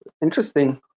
Interesting